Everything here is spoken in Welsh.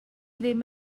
ddim